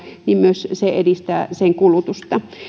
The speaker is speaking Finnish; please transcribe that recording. niin myös se edistää niiden kulutusta